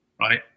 right